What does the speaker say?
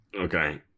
Okay